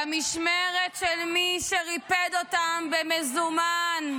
במשמרת של מי שריפד אותם במזומן,